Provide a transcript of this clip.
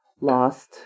lost